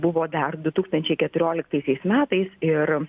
buvo dar du tūkstančiai keturioliktaisiais metais ir